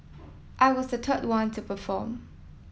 I was the third one to perform